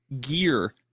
gear